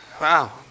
Wow